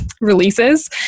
releases